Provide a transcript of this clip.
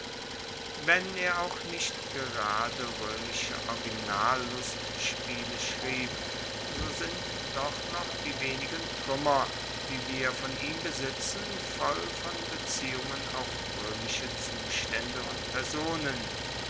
wenn er auch nicht gerade roemische originallustspiele schrieb so sind doch noch die wenigen truemmer die wir von ihm besitzen voll von beziehungen auf roemische zustaende und personen